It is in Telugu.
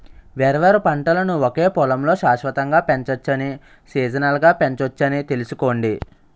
వేర్వేరు పంటలను ఒకే పొలంలో శాశ్వతంగా పెంచవచ్చని, సీజనల్గా పెంచొచ్చని తెలుసుకోండి